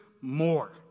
more